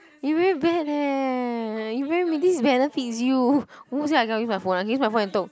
you very bad leh you very this benefits you who says I cannot use my phone I can use my phone and took